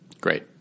great